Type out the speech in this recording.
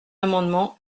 amendement